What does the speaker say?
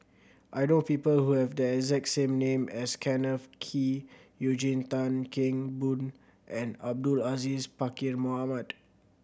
I know people who have the exact same name as Kenneth Kee Eugene Tan Kheng Boon and Abdul Aziz Pakkeer Mohamed